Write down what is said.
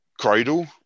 cradle